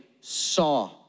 saw